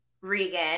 Regan